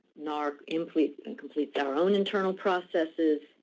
nara completes and completes our own internal processes.